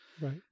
Right